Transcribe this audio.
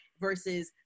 versus